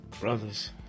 brothers